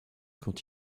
quand